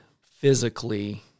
physically